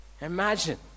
Imagine